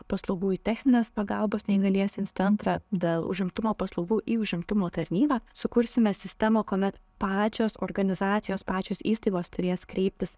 paslaugų į techninės pagalbos neįgaliesiems centrą dėl užimtumo paslaugų į užimtumo tarnybą sukursime sistemą kuomet pačios organizacijos pačios įstaigos turės kreiptis